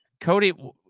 Cody